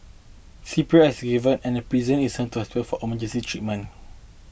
C P R is given and prison is sent to hospital for emergency treatment